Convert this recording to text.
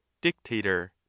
dictator